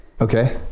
Okay